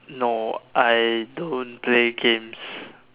no I don't play games